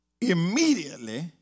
immediately